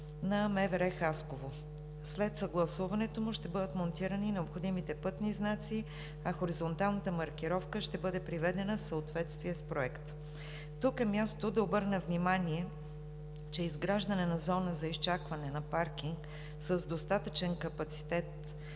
на МВР – Хасково. След съгласуването му ще бъдат монтирани необходимите пътни знаци, а хоризонталната маркировка ще бъде приведена в съответствие с проекта. Тук е мястото да обърна внимание, че изграждане на зона за изчакване на паркинг с достатъчен капацитет